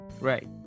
Right